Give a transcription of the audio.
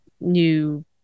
new